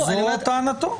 זו טענתו.